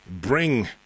bring